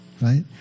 right